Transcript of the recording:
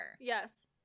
Yes